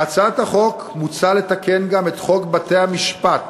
בהצעת החוק מוצע לתקן גם את חוק בתי-משפט